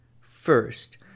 first